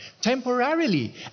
temporarily